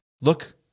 Look